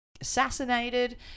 assassinated